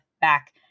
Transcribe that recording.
back